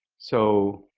so,